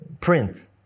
print